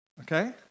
okay